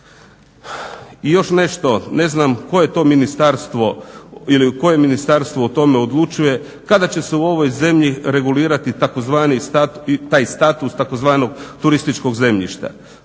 I još nešto, ne znam koje to ministarstvo ili u kojem ministarstvu o tome odlučuje, kada će se u ovoj zemlji regulirati tzv. taj status tzv. turističkog zemljišta?